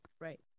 Right